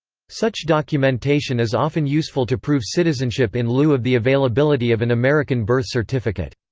such documentation is often useful to prove citizenship in lieu of the availability of an american birth certificate.